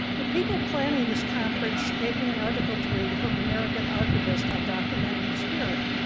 the people planning this conference gave me an article to read from american archivist, ah documenting the spirit.